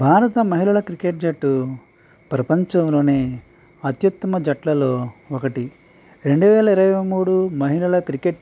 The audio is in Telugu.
భారత మహిళల క్రికెట్ జట్టు ప్రపంచంలోనే అత్యుత్తమ జట్లలో ఒకటి రెండు వేల ఇరువై మూడు మహిళల క్రికెట్